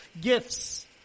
gifts